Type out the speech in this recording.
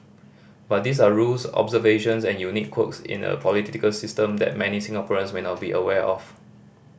but these are rules observations and unique quirks in a political system that many Singaporeans may not be aware of